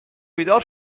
بیدار